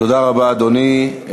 תודה רבה, אדוני.